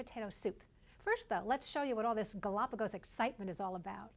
potato soup first that let's show you what all this galapagos excitement is all about